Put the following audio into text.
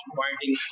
pointing